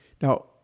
Now